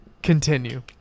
Continue